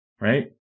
right